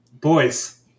Boys